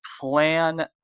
plan